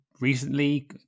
recently